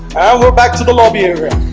we are back to the lobby area